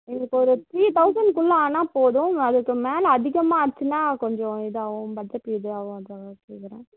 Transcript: எங்களுக்கு ஒரு த்ரீ தௌசண்ட்க்குள்ள ஆனால் போதும் அதுக்கும் மேலே அதிகமாக ஆச்சுனா கொஞ்சம் இதாகும் பட்ஜெட் இதாகும் அதுக்காக கேக்கிறேன்